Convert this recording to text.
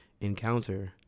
encounter